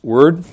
Word